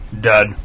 dud